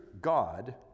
God